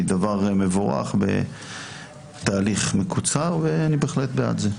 היא דבר מבורך בתהליך מקוצר ואני בהחלט בעד זה.